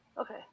Okay